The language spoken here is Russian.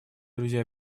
друзья